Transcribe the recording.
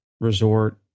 Resort